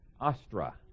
Astra